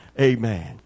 amen